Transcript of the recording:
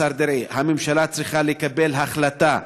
השר דרעי: הממשלה צריכה לקבל החלטה,